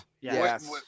Yes